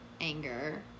anger